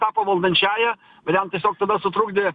tapo valdančiąja ir jam tiesiog tada sutrukdė